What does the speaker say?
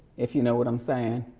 if you know what i'm saying.